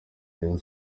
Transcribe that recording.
rayon